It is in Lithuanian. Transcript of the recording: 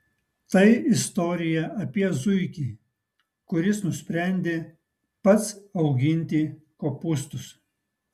tai istorija apie zuikį kuris nusprendė pats auginti kopūstus